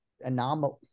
anomaly